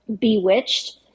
Bewitched